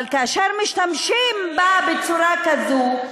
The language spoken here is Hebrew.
אבל כי משתמשים בה בצורה כזו.